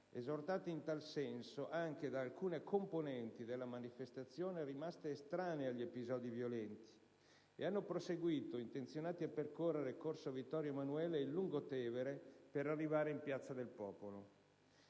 esortati in tal senso anche da alcune componenti della manifestazione rimaste estranee agli episodi violenti, ed hanno proseguito intenzionati a percorrere corso Vittorio Emanuele ed il lungotevere per arrivare in piazza del Popolo.